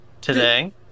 today